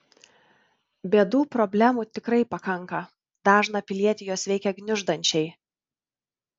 bėdų problemų tikrai pakanka dažną pilietį jos veikia gniuždančiai